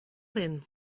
then